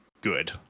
good